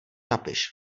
napiš